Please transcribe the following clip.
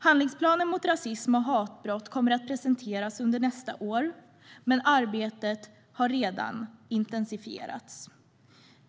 Handlingsplanen mot rasism och hatbrott kommer att presenteras under nästa år, men arbetet har redan intensifierats.